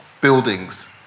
buildings